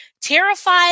Terrified